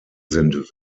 sind